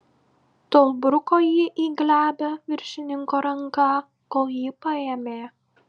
tol bruko jį į glebią viršininko ranką kol jį paėmė